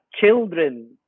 children